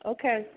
Okay